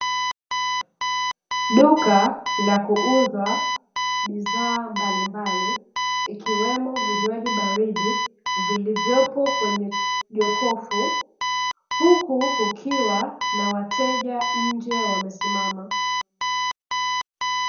Duka la kuuza bidhaa mbalimbali, ikiwemo vinywaji baridi vilivopo kwenye jokofu, huku kukiwa na wateja nje wamesimama.